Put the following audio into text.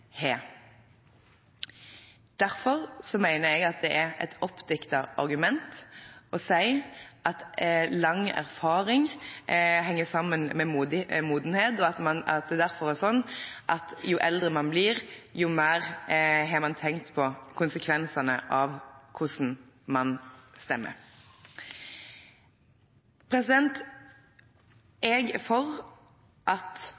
Derfor mener jeg at det er et oppdiktet argument å si at lang erfaring henger sammen med modenhet og at det derfor er slik at jo eldre man blir, jo mer har man tenkt på konsekvensene av hva man stemmer. Jeg er for at